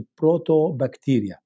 protobacteria